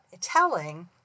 telling